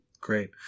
Great